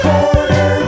Corner